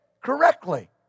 correctly